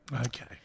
Okay